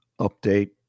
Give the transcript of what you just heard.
update